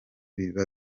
biba